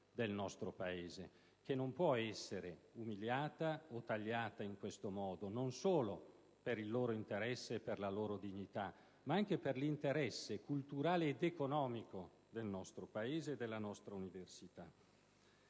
del nostro Paese, che non può essere umiliata o tagliata in questo modo, non solo per il loro interesse e per la loro dignità, ma anche per l'interesse culturale ed economico del nostro Paese e della nostra università.